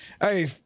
Hey